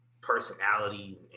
personality